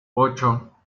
ocho